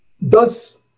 thus